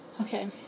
Okay